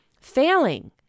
failing